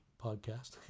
podcast